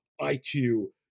IQ